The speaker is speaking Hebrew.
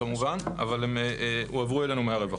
כמובן, אבל הם הועברו אלינו מהרווחה.